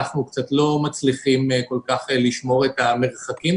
אנחנו לא כל כך מצליחים לשמור על המרחקים,